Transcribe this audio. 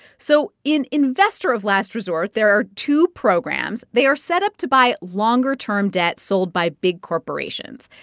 so in investor of last resort, there are two programs. they are set up to buy longer-term debt sold by big corporations.